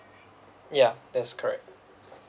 ya that's correct